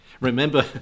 Remember